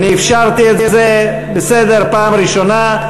אני אפשרתי את זה, בסדר, פעם ראשונה.